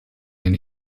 den